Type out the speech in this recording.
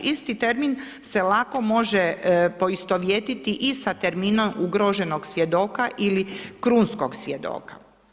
Isti termin se lako može poistovjetiti i sa terminom ugroženog svjedoka ili krunskog svjedoka.